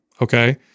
okay